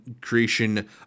creation